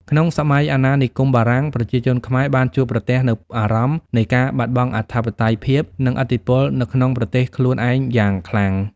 ក្នុងសម័យអាណានិគមបារាំង ប្រជាជនខ្មែរបានជួបប្រទះនូវអារម្មណ៍នៃការបាត់បង់អធិបតេយ្យភាព និងឥទ្ធិពលនៅក្នុងប្រទេសខ្លួនឯងយ៉ាងខ្លាំង។